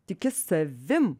tiki savim